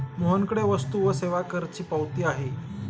मोहनकडे वस्तू व सेवा करची पावती आहे